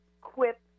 quip